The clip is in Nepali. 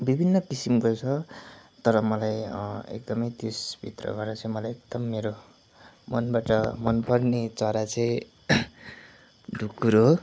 विभिन्न किसिमको छ तर मलाई एकदमै त्यसभित्रबाट चाहिँ मलाई एकदम मेरो मनबाट मनपर्ने चरा चाहिँ ढुकुर हो